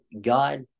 God